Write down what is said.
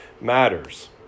matters